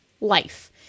life